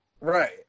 Right